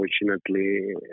unfortunately